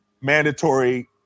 mandatory